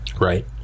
Right